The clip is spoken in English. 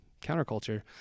counterculture